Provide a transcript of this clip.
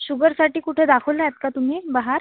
शुगरसाठी कुठं दाखवलं आहेत का तुम्ही बाहेर